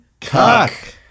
Cuck